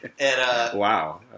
Wow